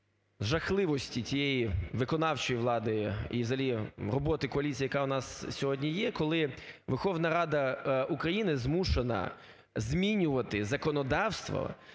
жахливості цієї виконавчої влади, і взагалі роботи коаліції, яка у нас сьогодні є, коли Верховна Рада України змушена змінювати законодавство,